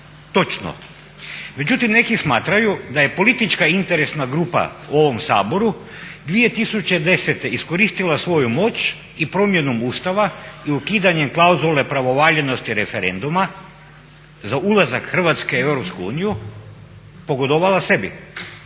Točno, međutim neki smatraju da je politička interesna grupa u ovom Saboru 2010. iskoristila svoju moć i promjenom Ustava i ukidanjem klauzule pravovaljanosti referenduma za ulazak Hrvatske u Europskoj uniji pogodovala sebi,